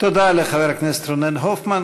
תודה לחבר הכנסת רונן הופמן.